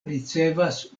ricevas